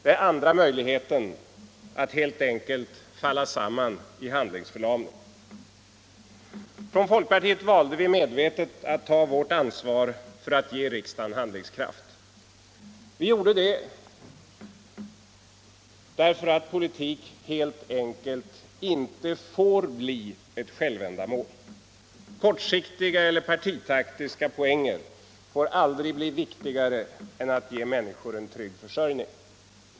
Den andra vara att falla samman i handlingsförlamning. Från folkpartiet valde vi medvetet att ta vårt ansvar för att ge riksdagen handlingskraft. Vi gjorde det därför att politik helt enkelt inte får bli ett självändamål. Kortsiktiga eller partitaktiska poänger får aldrig bli viktigare än att ge människor en trygg försörjning.